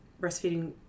breastfeeding